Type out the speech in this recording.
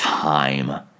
Time